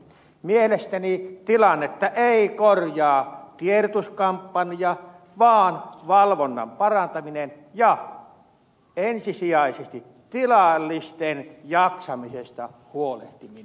mielestäni tilannetta ei korjaa tiedotuskampanja vaan valvonnan parantaminen ja ensisijaisesti tilallisten jaksamisesta huolehtiminen